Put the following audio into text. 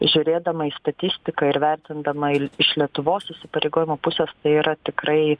žiūrėdama į statistiką ir vertindama ir iš lietuvos įsipareigojimų pusės tai yra tikrai